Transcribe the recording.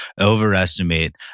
overestimate